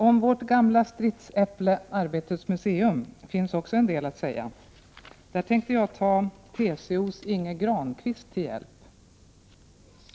Om vårt gamla stridsäpple Arbetets museum finns också en del att säga. Här tar jag TCO:s Inge Granqvist till hjälp.